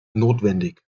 notwendig